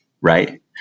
Right